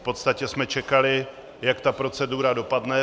V podstatě jsme čekali, jak ta procedura dopadne.